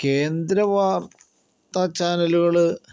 കേന്ദ്രവാർത്താചാനലുകള്